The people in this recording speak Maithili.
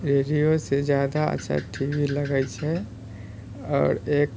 रेडियोसे जादा अच्छा टीवी लगै छै आओर एक